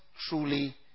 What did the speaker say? truly